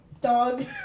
dog